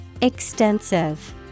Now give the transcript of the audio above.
Extensive